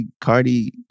Cardi